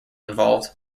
involved